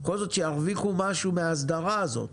בכל זאת שירוויחו משהו מההסדרה הזאת.